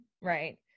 right